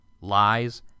lies